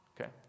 Okay